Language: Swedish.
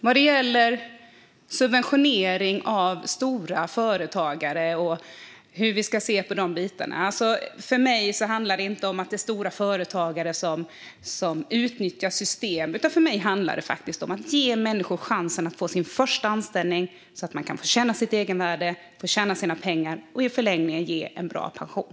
Vad gäller subventionering av stora företag och hur vi ska se på de bitarna handlar det för mig inte om att det är stora företag som utnyttjar system, utan för mig handlar det om att ge människor chansen att få sin första anställning så att de kan få känna sitt egenvärde, tjäna sina pengar och i förlängningen få en bra pension.